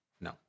No